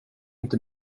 inte